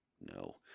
No